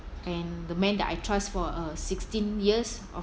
and the man that I trust for uh sixteen years of